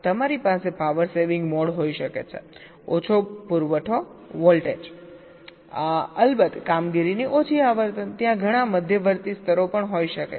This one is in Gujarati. તમારી પાસે પાવર સેવિંગ મોડ હોઈ શકે છેઓછો પુરવઠો વોલ્ટેજ અલબત્ત કામગીરીની ઓછી આવર્તન ત્યાં ઘણા મધ્યવર્તી સ્તરો પણ હોઈ શકે છે